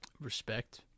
respect